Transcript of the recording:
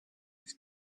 his